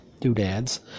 doodads